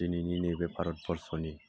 दिनैनि नैबे भारतबर्सनि